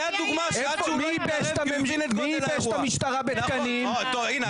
מי --- את המשטרה --- הינה,